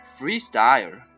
freestyle